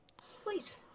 sweet